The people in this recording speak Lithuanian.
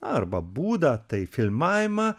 arba būdą tai filmavimą